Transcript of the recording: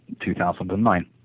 2009